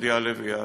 עוד יעלה ויעלה.